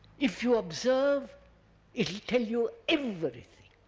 if you observe it will tell you everything.